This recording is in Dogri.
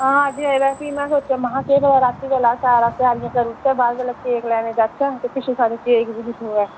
में भी सोचेआ में हा केह् पता अस रातीं बेल्लै त्यारियां करी ओड़चै ते बाद बेल्लै केक लैने गी जाचै ते पिच्छुआं सारी केक गै निं थ्होऐ